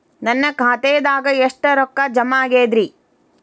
ನನ್ನ ಖಾತೆದಾಗ ಎಷ್ಟ ರೊಕ್ಕಾ ಜಮಾ ಆಗೇದ್ರಿ?